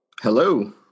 Hello